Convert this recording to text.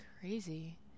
crazy